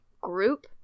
group